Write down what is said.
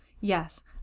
Yes